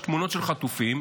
יש תמונות של חטופים,